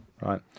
right